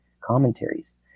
commentaries